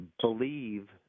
believe